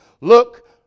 look